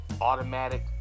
automatic